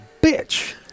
bitch